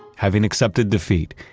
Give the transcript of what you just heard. having accepted defeat,